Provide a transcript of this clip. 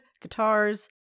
guitars